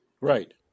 Right